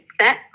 set